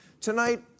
tonight